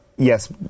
Yes